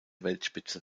weltspitze